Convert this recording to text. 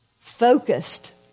focused